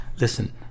listen